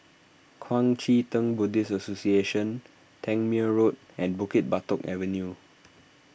Kuang Chee Tng Buddhist Association Tangmere Road and Bukit Batok Avenue